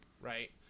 right